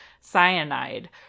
cyanide